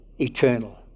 eternal